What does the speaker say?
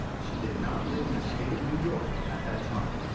she did not live in the state of new york at that time.